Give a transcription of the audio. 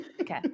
Okay